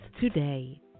today